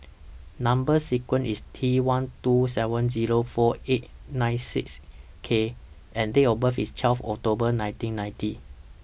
Number sequence IS T one two seven Zero four eight six K and Date of birth IS twelve October nineteen ninety